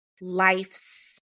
life's